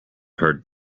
heard